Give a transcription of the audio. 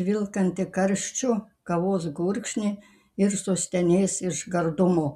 tvilkantį karščiu kavos gurkšnį ir sustenės iš gardumo